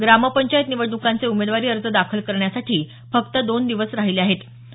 ग्रामपंचायत निवडणुकांचे उमेदवारी अर्ज दाखल करण्यासाठी फक्त दोन दिवस राहिले अहेत